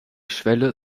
schwelle